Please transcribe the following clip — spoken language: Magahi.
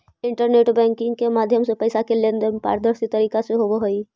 इंटरनेट बैंकिंग के माध्यम से पैइसा के लेन देन पारदर्शी तरीका से होवऽ हइ